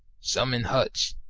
some in huts,